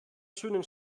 schönen